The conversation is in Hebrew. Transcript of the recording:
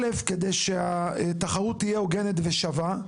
א' כדי שהתחרות תהיה הוגנת ושווה,